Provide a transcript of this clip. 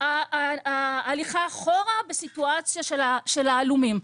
ההליכה אחורה בסיטואציה של ההלומים,